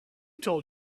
told